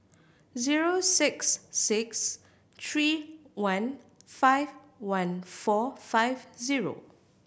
zero six six three one five one four five zero